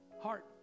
heart